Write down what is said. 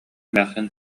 эмээхсин